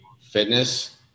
fitness